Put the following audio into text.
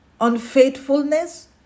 Unfaithfulness